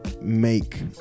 make